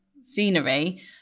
scenery